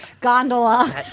gondola